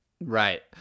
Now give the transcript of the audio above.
right